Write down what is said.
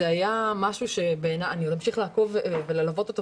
זה היה משהו שאני עוד אמשיך ללוות ולהציף,